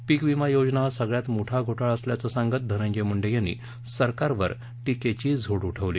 पीक विमा योजना हा सगळ्यात मोठा घोटाळा असल्याचं सांगत धनंजय मुंडे यांनी सरकारवर टीकेची झोड उठवली